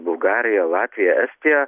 bulgarija latvija estija